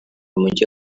umujyi